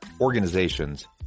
organizations